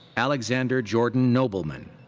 alexander jordan nobleman.